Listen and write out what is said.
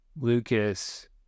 Lucas